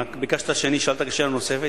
ביקשת שאני אשאל את השאלה הנוספת,